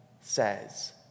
says